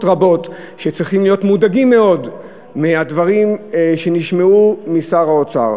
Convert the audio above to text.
רבות וצריכים להיות מודאגים מאוד מהדברים שנשמעו משר האוצר.